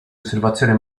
osservazione